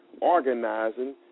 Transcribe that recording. organizing